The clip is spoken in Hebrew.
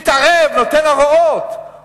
מתערב, נותן הוראות.